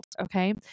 Okay